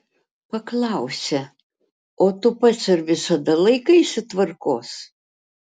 paklausę o tu pats ar visada laikaisi tvarkos